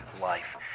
life